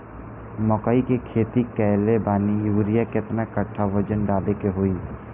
मकई के खेती कैले बनी यूरिया केतना कट्ठावजन डाले के होई?